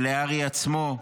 ולארי עצמו,